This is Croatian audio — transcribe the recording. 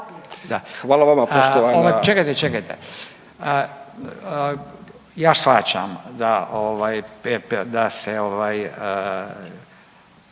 Hvala vama poštovana…/… čekajte, čekajte, ja shvaćam da ovaj